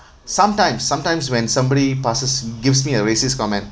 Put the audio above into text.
sometimes sometimes when somebody passes gives me a racist comment